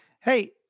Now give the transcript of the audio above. Hey